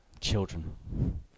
children